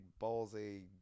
ballsy